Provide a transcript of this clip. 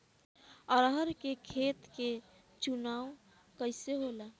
अरहर के खेत के चुनाव कइसे होला?